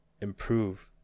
improve